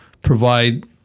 provide